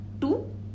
two